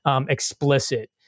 explicit